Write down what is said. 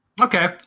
okay